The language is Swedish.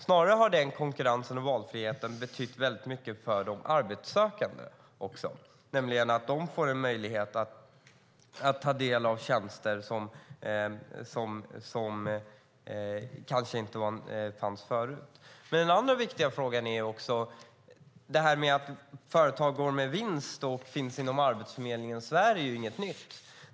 Snarare har konkurrensen och valfriheten betytt mycket för de arbetssökande eftersom de får möjlighet att ta del av tjänster som kanske inte fanns förut. Det finns en annan viktig fråga också. När det gäller att företag går med vinst och verkar inom arbetsförmedling är det inget nytt.